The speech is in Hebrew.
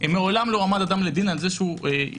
מעולם לא הועמד אדם לדין על כך שהוא היה